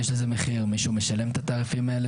מישהו משלם את התעריפים האלה,